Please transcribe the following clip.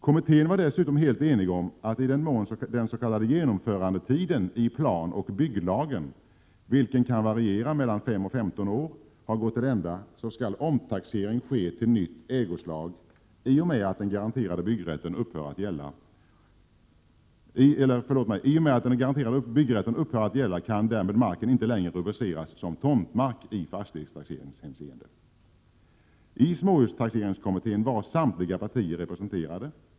Kommittén var dessutom helt enig om att i den mån den s.k. genomförandetiden i planoch bygglagen, vilken kan variera mellan 5 och 15 år, har gått till ända skall omtaxering ske till nytt ägoslag. I och med att den garanterade byggrätten upphör att gälla kan därmed marken inte längre rubriceras som tomtmark i fastighetstaxeringshänseende. I småhustaxeringskommittén var samtliga partier representerade.